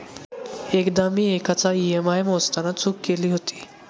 एकदा मी एकाचा ई.एम.आय मोजताना चूक केली होती